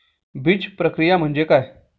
बीजप्रक्रिया म्हणजे काय?